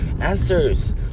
answers